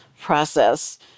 process